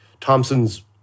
Thompson's